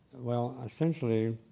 well, essentially